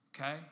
Okay